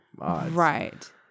Right